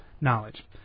knowledge